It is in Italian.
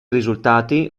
risultati